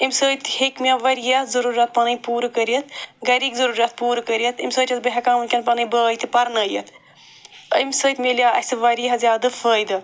اَمہِ سۭتۍ تہِ ہیٚکۍ مےٚ واریاہ ضٔروٗرت پَنٕنۍ پوٗرٕ کٔرِتھ گَرِکۍ ضٔروٗرت پوٗرٕ کٔرِتھ اَمہِ سۭتۍ چھَس بہٕ ہٮ۪کان وٕنۍکٮ۪ن پنٕنۍ بٲے تہِ پَرنٲیِتھ اَمہِ سۭتۍ مِلیو اَسہِ واریاہ زیادٕ فٲیدٕ